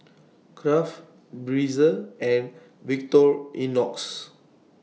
Kraft Breezer and Victorinox